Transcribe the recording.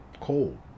cold